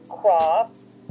crops